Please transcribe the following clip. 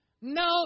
No